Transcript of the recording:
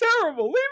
terrible